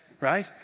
right